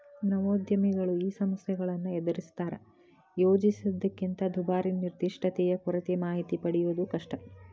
ನವೋದ್ಯಮಿಗಳು ಈ ಸಮಸ್ಯೆಗಳನ್ನ ಎದರಿಸ್ತಾರಾ ಯೋಜಿಸಿದ್ದಕ್ಕಿಂತ ದುಬಾರಿ ನಿರ್ದಿಷ್ಟತೆಯ ಕೊರತೆ ಮಾಹಿತಿ ಪಡೆಯದು ಕಷ್ಟ